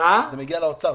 זה מגיע לאוצר,